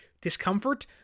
discomfort